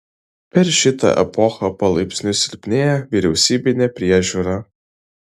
per šitą epochą palaipsniui silpnėja vyriausybinė priežiūra